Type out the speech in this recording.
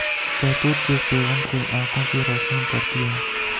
शहतूत के सेवन से आंखों की रोशनी बढ़ती है